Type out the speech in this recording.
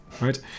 right